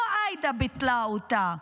לא עאידה ביטלה אותה,